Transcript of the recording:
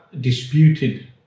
disputed